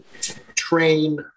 train